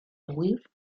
huir